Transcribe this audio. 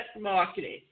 marketing